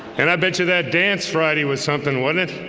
and i bet you that dance friday was something wouldn't it